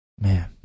man